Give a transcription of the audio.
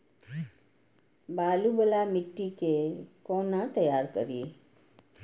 बालू वाला मिट्टी के कोना तैयार करी?